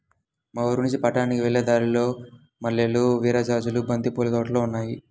మా ఊరినుంచి పట్నానికి వెళ్ళే దారిలో మల్లెలు, విరజాజులు, బంతి పూల తోటలు ఉన్నాయ్